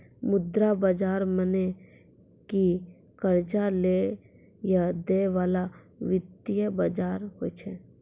मुद्रा बजार मने कि कर्जा लै या दै बाला वित्तीय बजार होय छै